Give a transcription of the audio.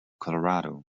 colorado